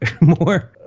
more